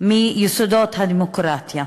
מיסודות הדמוקרטיה.